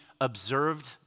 observed